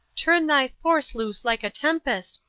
turn thy force loose like a tempest,